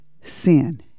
Sin